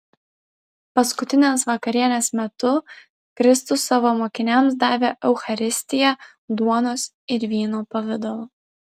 paskutinės vakarienės metu kristus savo mokiniams davė eucharistiją duonos ir vyno pavidalu